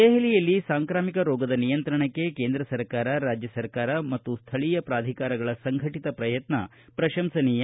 ದೆಹಲಿಯಲ್ಲಿ ಸಾಂಕ್ರಾಮಿಕ ರೋಗದ ನಿಯಂತ್ರಣಕ್ಕೆ ಕೇಂದ್ರ ಸರ್ಕಾರ ರಾಜ್ಯ ಸರ್ಕಾರ ಮತ್ತು ಸ್ಥಳೀಯ ಪಾಧಿಕಾರಿಗಳ ಸಂಘಟಿತ ಪ್ರಯತ್ನ ಪ್ರಶಂಸನೀಯ